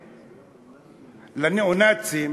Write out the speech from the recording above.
לניאו-נאצים,